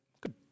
good